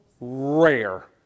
Rare